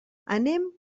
anem